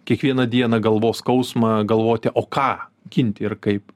kiekvieną dieną galvos skausmą galvoti o ką ginti ir kaip